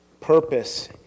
purpose